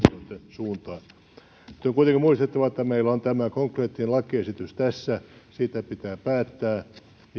ravintoloitten suuntaan nyt on kuitenkin muistettava että meillä on tämä konkreettinen lakiesitys tässä siitä pitää päättää ja